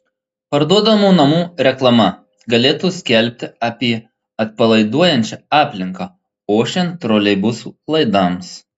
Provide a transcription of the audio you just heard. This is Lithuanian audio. parduodamų namų reklama galėtų skelbti apie atpalaiduojančią aplinką ošiant troleibusų laidams